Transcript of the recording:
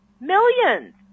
millions